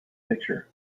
picture